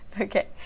Okay